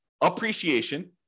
appreciation